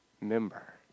member